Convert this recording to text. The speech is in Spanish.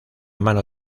mano